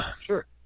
Sure